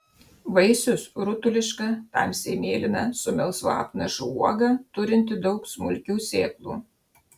vaisius rutuliška tamsiai mėlyna su melsvu apnašu uoga turinti daug smulkių sėklų